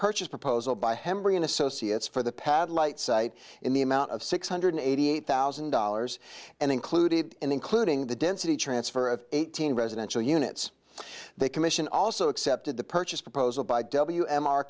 purchase proposal by henry and associates for the pad light site in the amount of six hundred eighty eight thousand dollars and included including the density transfer of eighteen residential units they commission also accepted the purchase proposal by w m r